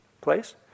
place